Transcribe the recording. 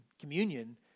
communion